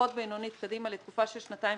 לפחות בינונית קדימה, לתקופה של שנתיים-שלוש,